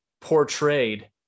portrayed